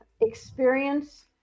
experience